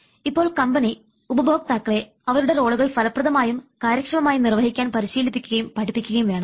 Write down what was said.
ഇപ്പോൾ കമ്പനി ഉപഭോക്താക്കളെ അവരുടെ റോളുകൾ ഫലപ്രദമായും കാര്യക്ഷമമായി നിർവഹിക്കാൻ പരിശീലിപ്പിക്കുകയും പഠിപ്പിക്കുകയും വേണം